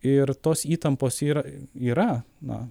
ir tos įtampos yra yra na